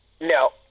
No